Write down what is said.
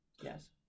Yes